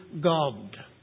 God